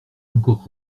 encore